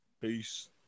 Peace